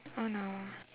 oh no